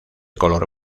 color